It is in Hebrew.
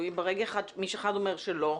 אם מישהו אחד אומר שלא,